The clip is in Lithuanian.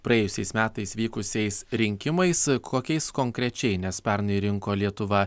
praėjusiais metais vykusiais rinkimais kokiais konkrečiai nes pernai rinko lietuva